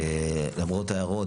למרות ההערות,